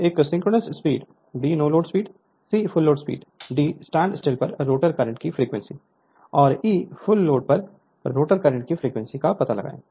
एक synchronous speed b no load speed c full load speed d standstill पर rotor current की frequency और e full load पर rotor current की frequency का पता लगाएं